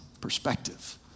perspective